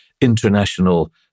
international